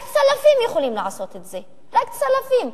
רק צלפים יכולים לעשות את זה, רק צלפים.